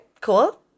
cool